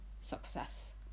success